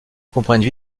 comprennent